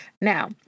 Now